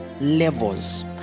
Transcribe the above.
levels